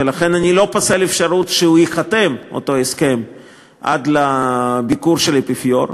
ולכן אני לא פוסל אפשרות שייחתם אותו הסכם עד לביקור האפיפיור,